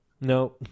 no